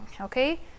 Okay